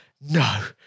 no